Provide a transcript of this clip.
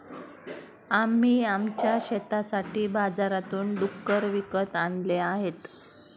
आम्ही आमच्या शेतासाठी बाजारातून डुक्कर विकत आणले आहेत